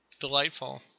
Delightful